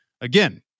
Again